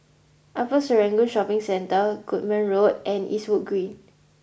Upper Serangoon Shopping Centre Goodman Road and Eastwood Green